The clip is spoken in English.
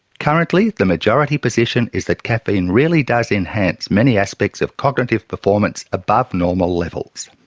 currently the majority position is that caffeine really does enhance many aspects of cognitive performance above normal levels.